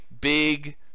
big